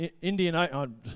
Indian